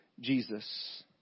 Jesus